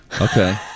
Okay